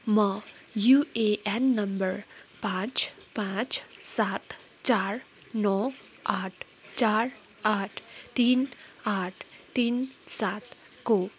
म UAN number पाँच पाँच सात चार नौ आठ चार आठ तिन आठ तिन सातको